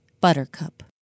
Buttercup